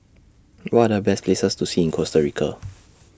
What Are Best Places to See in Costa Rica